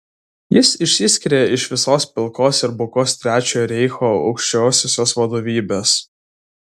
jis išsiskiria iš visos pilkos ir bukos trečiojo reicho aukščiausiosios vadovybės